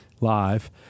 live